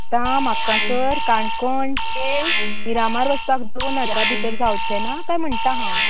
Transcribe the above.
आतां म्हाका जर काणकोण ते मिरामार वचपाक दोन हजरा भितर जावचें ना कांय म्हणटा हांव